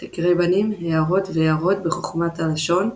חקרי בנים – הערות והארות בחכמת הלשון,